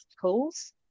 tools